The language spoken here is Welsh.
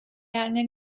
angen